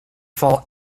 fall